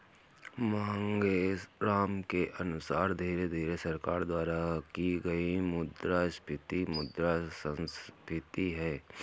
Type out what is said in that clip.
मांगेराम के अनुसार धीरे धीरे सरकार द्वारा की गई मुद्रास्फीति मुद्रा संस्फीति है